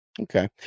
Okay